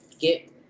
get